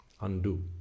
undo